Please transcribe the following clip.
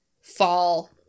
fall